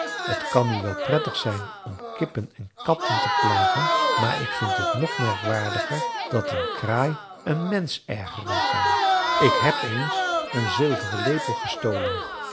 t kan nu wel prettig zijn om kippen en katten te plagen maar ik vind het nog merkwaardiger dat een kraai een mensch ergeren kan ik heb eens een zilveren lepel gestolen